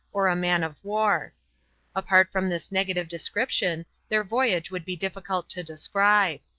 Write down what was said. or a man-of-war. apart from this negative description, their voyage would be difficult to describe.